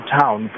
town